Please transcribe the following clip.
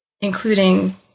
including